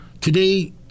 today